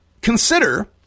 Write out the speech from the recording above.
consider